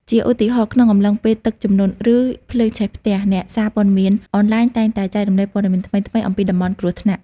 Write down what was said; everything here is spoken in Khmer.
ជាឧទាហរណ៍ ក្នុងអំឡុងពេលទឹកជំនន់ ឬភ្លើងឆេះផ្ទះ អ្នកសារព័ត៌មានអនឡាញតែងតែចែករំលែកព័ត៌មានថ្មីៗអំពីតំបន់គ្រោះថ្នាក់។